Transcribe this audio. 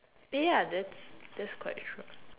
eh ya that's that's quite true